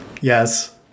Yes